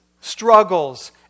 struggles